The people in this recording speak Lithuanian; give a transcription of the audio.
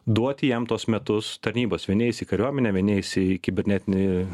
duoti jam tuos metus tarnybos vieni eis į kariuomenę vieni eis į kibernetinį